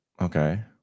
okay